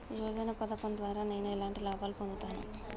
యోజన పథకం ద్వారా నేను ఎలాంటి లాభాలు పొందుతాను?